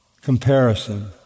comparison